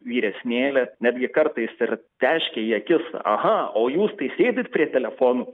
vyresnėlė netgi kartais ir teškia į akis aha o jūs tai sėdit prie telefonų